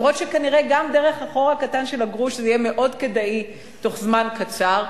גם אם כנראה גם דרך החור הקטן של הגרוש זה יהיה מאוד כדאי בתוך זמן קצר,